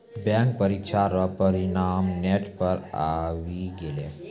bank परीक्षा रो परिणाम नेट पर आवी गेलै